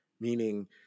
Meaning